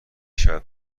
شود